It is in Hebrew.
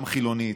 גם חילונית,